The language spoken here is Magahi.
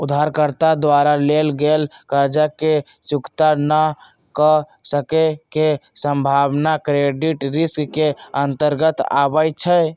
उधारकर्ता द्वारा लेल गेल कर्जा के चुक्ता न क सक्के के संभावना क्रेडिट रिस्क के अंतर्गत आबइ छै